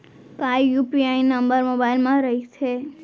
का UPI number mobile म रहिथे?